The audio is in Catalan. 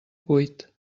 cuit